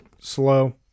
Slow